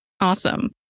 Awesome